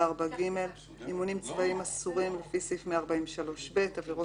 חוק השיפוט הצבאי כולל הבחנה בין עבירות